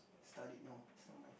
studied no it's not mine